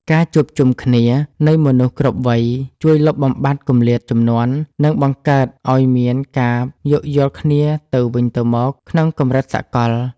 ការជួបជុំគ្នានៃមនុស្សគ្រប់វ័យ ជួយលុបបំបាត់គម្លាតជំនាន់ និងបង្កើតឱ្យមានការយោគយល់គ្នាទៅវិញទៅមកក្នុងកម្រិតសកល។